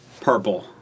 Purple